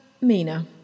Mina